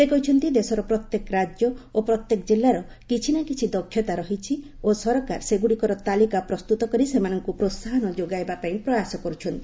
ସେ କହିଛନ୍ତି ଦେଶର ପ୍ରତ୍ୟେକ ରାଜ୍ୟ ଓ ପ୍ରତ୍ୟେକ ଜିଲ୍ଲାର କିଛି ନା କିଛି ଦକ୍ଷତା ରହିଛି ଓ ସରକାର ସେଗୁଡ଼ିକର ତାଲିକା ପ୍ରସ୍ତୁତ କରି ସେମାନଙ୍କୁ ପ୍ରୋସାହନ ଯୋଗାଇବା ପାଇଁ ପ୍ରୟାସ କରୁଛନ୍ତି